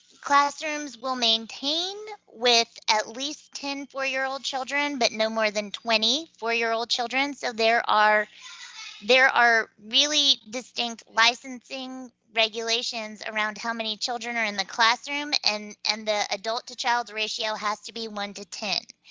classrooms will maintain with at least ten four-year-old children, but no more than twenty four-year-old children. so there are there are really distinct licensing regulations around how many children are in the classroom, and and the adult-to-child ratio has to be one to ten.